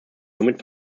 somit